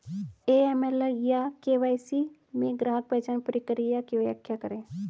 AML या KYC में ग्राहक पहचान प्रक्रिया की व्याख्या करें?